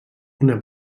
una